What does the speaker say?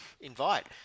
invite